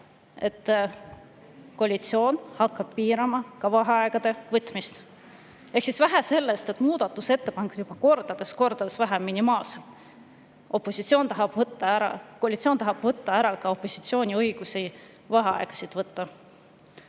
et koalitsioon hakkab piirama vaheaegade võtmist. Ehk siis vähe sellest, et muudatusettepanekuid on kordades-kordades vähem, minimaalselt, koalitsioon tahab võtta ära ka opositsiooni õiguse vaheaegasid võtta.